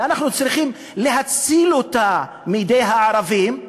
ואנחנו צריכים להציל אותה מידי הערבים,